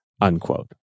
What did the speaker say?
unquote